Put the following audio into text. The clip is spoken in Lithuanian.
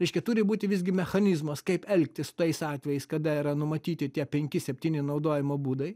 reiškia turi būti visgi mechanizmas kaip elgtis tais atvejais kada yra numatyti tie penki septyni naudojimo būdai